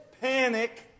panic